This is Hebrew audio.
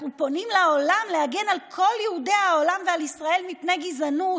אנחנו פונים לעולם להגן על כל יהודי העולם ועל ישראל מפני גזענות.